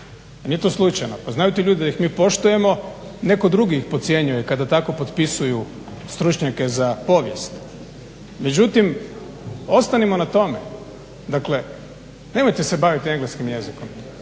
nije to slučajno. Pa znaju ti ljudi da ih mi poštujemo. Netko drugi ih pocijenjuje kada tako potpisuju stručnjake za povijest. Međutim ostanimo na tome, dakle nemojte se baviti engleskim jezikom.